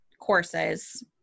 courses